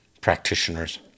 practitioners